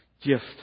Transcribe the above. gift